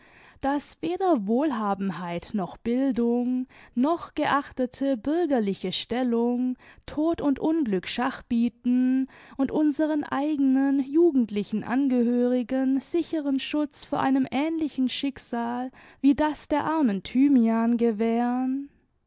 daß weder wohlhabenheit noch bildung noch geachtete bürgerliche stellung tod und unglück schach bieten und unseren eigenen jugendlichen angehörigen sicheren schutz vor einem ähnlichen schicksal wie das der armen thymian